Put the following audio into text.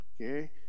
Okay